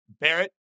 Barrett